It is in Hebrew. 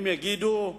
ימים יגידו,